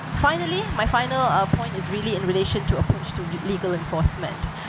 ah finally, my final ah point is really in relation to approach to legal enforcement.